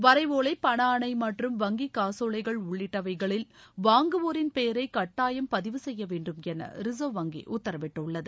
வரைவோலை பண் ஆணை மற்றும் வங்கி காசோலைகள் உள்ளிட்டவைகளில் வாங்குவேரின் பெயரை கட்டாயம் பதிவு செய்ய வேண்டும் என ரிச்வ் வங்கி உத்தரவிட்டுள்ளது